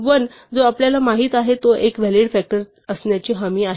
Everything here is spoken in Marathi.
1 जो आपल्याला माहित आहे तो एक व्हॅलिड फ़ॅक्टर असण्याची हमी आहे